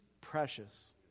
precious